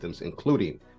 including